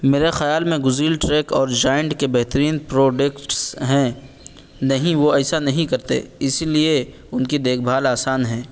میرے خیال میں گزیل ٹریک اور جائنٹ کے بہترین پروڈکٹس ہیں نہیں وہ ایسا نہیں کرتے اسی لیے ان کی دیکھ بھال آسان ہے